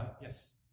yes